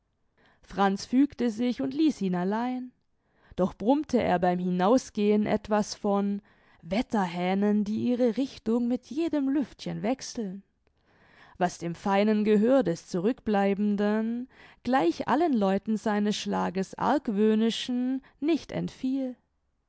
franz fügte sich und ließ ihn allein doch brummte er beim hinausgehen etwas von wetterhähnen die ihre richtung mit jedem lüftchen wechseln was dem feinen gehör des zurückbleibenden gleich allen leuten seines schlages argwöhnischen nicht entfiel